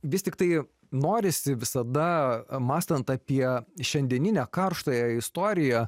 vis tiktai norisi visada mąstant apie šiandieninę karštąją istoriją